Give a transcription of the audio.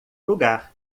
lugar